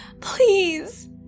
Please